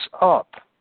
up